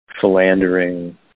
philandering